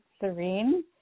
serene